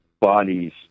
bodies